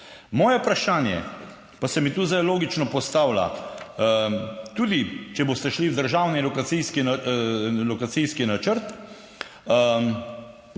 Moje vprašanje pa se mi tu zdaj logično postavlja. Tudi če boste šli v državni lokacijski načrt,